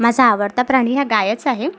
माझा आवडता प्राणी हा गायच आहे